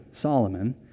Solomon